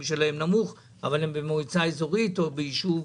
נמוך ששייכים למועצה אזורית אמידה.